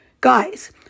Guys